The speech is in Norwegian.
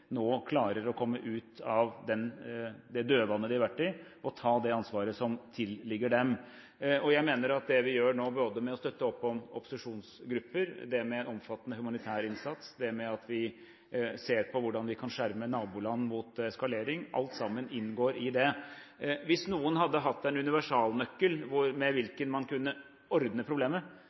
nå klarer å komme ut av det dødvanne de har vært i, og ta det ansvaret som tilligger dem. Jeg mener at det vi gjør nå – både med å støtte opp om opposisjonsgrupper, det med omfattende humanitær innsats og det med at vi ser på hvordan vi kan skjerme naboland mot eskalering – alt sammen inngår i det. Hvis noen hadde hatt en universalnøkkel med hvilken man kunne ordne problemet,